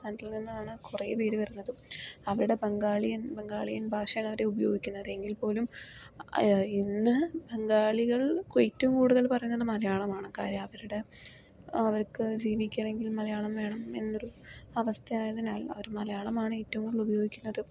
സംസ്ഥാനത്തിൽ നിന്നാണ് കുറേ പേര് വരുന്നതും അവിടെ ബംഗാളിയൻ ബംഗാളിയൻ ഭാഷയാണ് അവര് ഉപയോഗിക്കുന്നത് എങ്കിൽ പോലും ആ ഇന്ന് ബംഗാളികൾക്ക് ഏറ്റവും കൂടുതൽ പറയണത് മലയാളമാണ് കാര്യം അവരുടെ അവർക്ക് ജീവിക്കണമെങ്കിൽ മലയാളം വേണം എന്നൊരു അവസ്ഥയായതിനാൽ അവര് മലയാളമാണ് ഏറ്റവും കൂടുതൽ ഉപയോഗിക്കുന്നതും